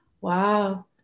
Wow